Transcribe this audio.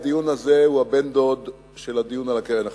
הדיון הזה הוא הבן-דוד של הדיון על הקרן החדשה,